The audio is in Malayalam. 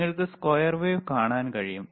നിങ്ങൾക്ക് സ്ക്വയർ വേവ് കാണാൻ കഴിയും